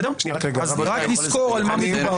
אז רק נזכור על מה מדובר.